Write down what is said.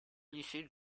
lycée